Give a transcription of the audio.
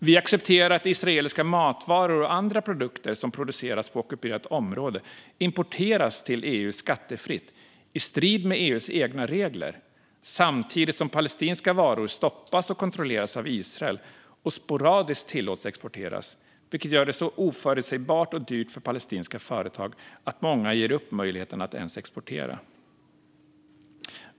Vi accepterar att israeliska matvaror och andra produkter som producerats på ockuperat område importeras till EU skattefritt, i strid med EU:s egna regler, samtidigt som palestinska varor stoppas och kontrolleras av Israel och sporadiskt tillåts exporteras. Det gör det så oförutsägbart och dyrt för palestinska företag att många ger upp möjligheten att exportera.